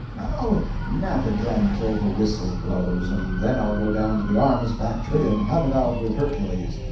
i'll nap again till the whistle blows, and then i'll go down to the arms factory and have it out with hercules.